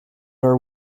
are